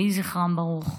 יהי זכרן ברוך.